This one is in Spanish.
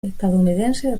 estadounidense